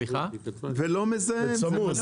זה לא מזהם.